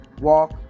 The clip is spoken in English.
walk